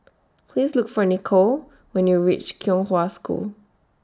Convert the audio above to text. Please Look For Nikko when YOU REACH Kong Hwa School